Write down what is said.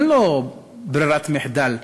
אין לו ברירת מחדל,